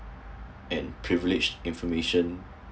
and privilege information